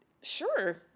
Sure